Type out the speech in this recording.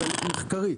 מחקרית.